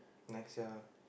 next year lah